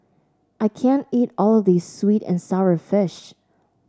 I can't eat all of this sweet and sour fish